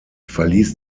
verließ